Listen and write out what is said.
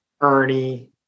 Ernie